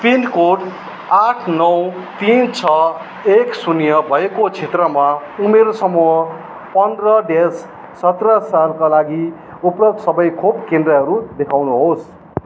pin code आठ नौ तिन छ एक शून्य भएको क्षेत्रमा उमेर समूह पन्ध्र ड्यास सत्र सालका लागि उपलब्ध सबै खोप केन्द्रहरू देखाउनुहोस्